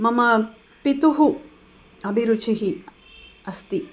मम पितुः अभिरुचिः अस्ति